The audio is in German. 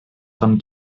dran